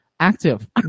active